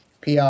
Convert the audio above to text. PR